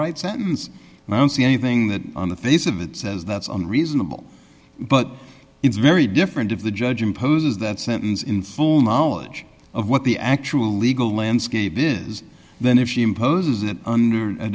sentence and i don't see anything that on the face of it says that's a reasonable but it's very different if the judge imposes that sentence in full knowledge of what the actual legal landscape is then if she imposes it and